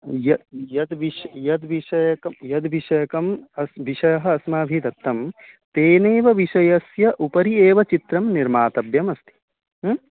यः यद् विषय् यद्विषयकं यद्विषयकं अस्ति विषयः अस्माभिः दत्तं तेनेव विषयस्य उपरि एव चित्रं निर्मातव्यं अस्ति ह्म्